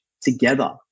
together